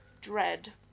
dread